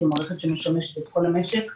זו מערכת שמשמשת את כל המשק,